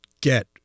get